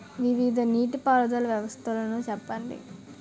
వివిధ నీటి పారుదల వ్యవస్థలను చెప్పండి?